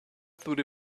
through